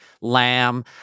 lamb